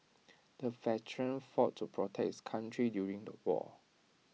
the veteran fought to protect his country during the war